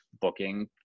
booking